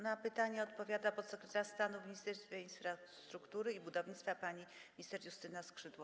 Na pytanie odpowiada podsekretarz stanu w Ministerstwie Infrastruktury i Budownictwa pani minister Justyna Skrzydło.